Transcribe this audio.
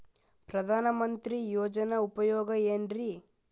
ಪ್ರಧಾನಮಂತ್ರಿ ಯೋಜನೆ ಉಪಯೋಗ ಏನ್ರೀ?